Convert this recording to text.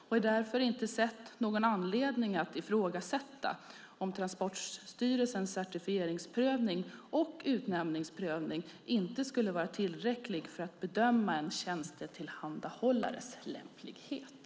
Jag har därför inte sett någon anledning att ifrågasätta att Transportstyrelsens certifieringsprövning och utnämningsprövning skulle vara tillräcklig för att bedöma en tjänstetillhandahållares lämplighet.